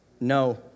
No